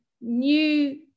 new